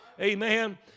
Amen